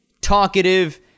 talkative